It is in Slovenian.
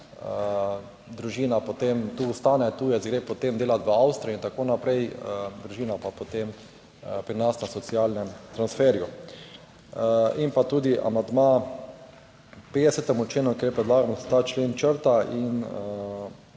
družina potem tu ostane, tujec gre potem delati v Avstrijo in tako naprej, družina pa potem pri nas na socialnem transferju. In pa tudi amandma k 50. členu, kjer je predlagano, da se ta člen črta, in